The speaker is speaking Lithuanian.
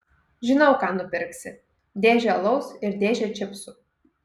žinau ką nupirksi dėžę alaus ir dėžę čipsų